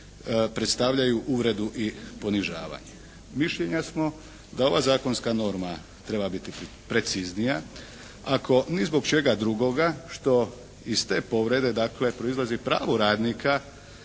predstavljaju uvredu i ponižavanje. Mišljenja smo da ova zakonska norma treba biti preciznija ako ni zbog čega drugoga što iz te povrede dakle proizlazi pravo radnika